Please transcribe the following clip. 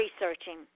researching